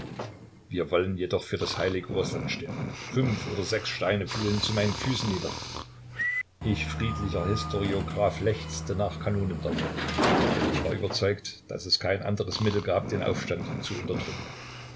wir wollen jedoch für das heilige rußland sterben fünf oder sechs steine fielen zu meinen füßen nieder ich friedlicher historiograph lechzte nach kanonendonner denn ich war überzeugt daß es kein anderes mittel gab den aufstand zu unterdrücken